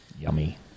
Yummy